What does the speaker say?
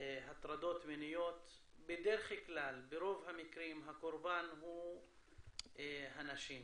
הטרדות מיניות ברוב המקרים הקורבן הוא נשים,